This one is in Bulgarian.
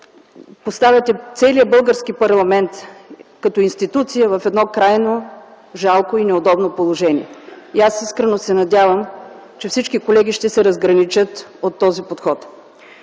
поставяте целия български парламент като институция в крайно жалко и неудобно положение. Аз искрено се надявам, че всички колеги ще се разграничат от този подход.